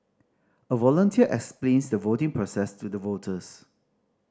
a volunteer explains the voting process to the voters